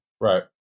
Right